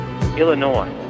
Illinois